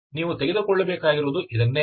ನೀವು ತೆಗೆದುಕೊಳ್ಳಬೇಕಾಗಿರುವುದು ಇದನ್ನೇ